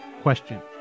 question